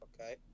Okay